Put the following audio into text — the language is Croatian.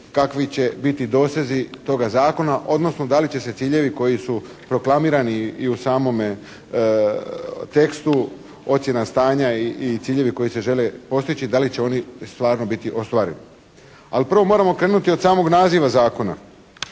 kakvi će biti dosezi toga zakona, odnosno da li će se ciljevi koji su proklamirani i u samome tekstu ocjena stanja i ciljevi koji se žele postići, da li će oni stvarno biti ostvareni. Ali prvo moramo krenuti od samog naziva zakona.